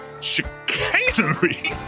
chicanery